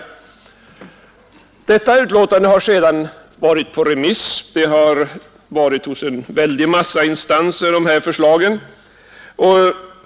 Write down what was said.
Affärstidskommitténs betänkande har sedan varit på remiss hos en mängd instanser.